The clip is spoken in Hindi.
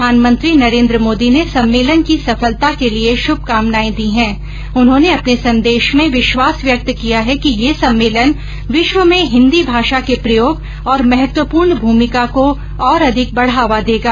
प्रधानमंत्री नरेन्द्र मोदी ने सम्मेलन की सफलता के लिए श्भकामनाएं दी हैं उन्होंने अपने संदेश में विश्वास व्यक्त किया कि ये सम्मेलन विश्व में हिन्दी भाषा के प्रयोग और महत्वपूर्ण भूमिका को और अधिक बढावा देगा